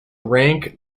rank